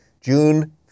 June